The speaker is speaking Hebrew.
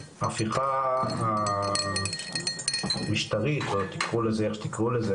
ההפיכה המשטרית או תקראו לזה איך שתקראו לזה,